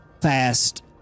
fast